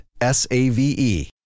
S-A-V-E